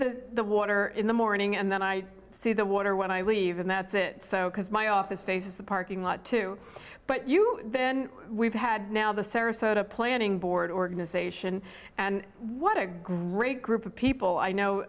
see the water in the morning and then i see the water when i leave and that's it so because my office faces the parking lot too but you then we've had now the sarasota planning board organization and what a great group of people i know